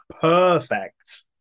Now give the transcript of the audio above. Perfect